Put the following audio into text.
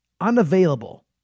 Unavailable